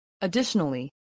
Additionally